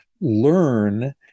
learn